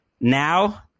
now